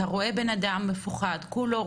אתה רואה בן-אדם מפוחד כולו,